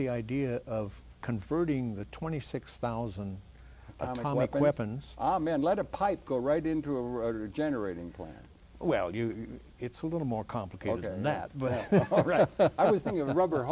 the idea of converting the twenty six thousand weapons man let a pipe go right into a road or generating plant well you know it's a little more complicated than that but i was thinking of the rubber